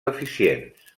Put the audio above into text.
eficients